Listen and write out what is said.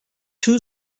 two